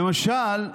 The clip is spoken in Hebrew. למשל,